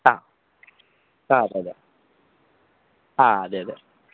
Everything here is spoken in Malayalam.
ആ ആ അതെ അതെ ആ അതെ അതെ